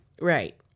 Right